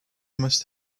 must